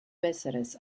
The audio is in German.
besseres